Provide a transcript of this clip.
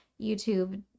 YouTube